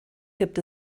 gibt